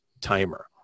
timer